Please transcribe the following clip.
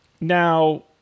Now